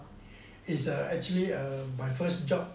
is a actually uh my first job